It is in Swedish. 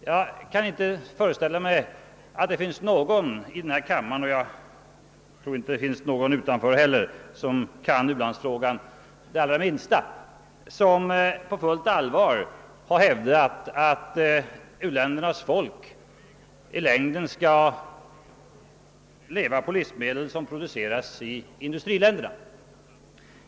Jag kan inte föreställa mig att det finns någon i denna kammare — och jag tror inte det finns någon utanför heller — som kan u-landsfrågan det allra minsta, som på fullt allvar har hävdat att u-ländernas folk i längden skall leva på livsmedel som produceras i industriländerna.